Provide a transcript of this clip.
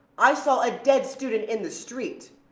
i saw a dead student in the street.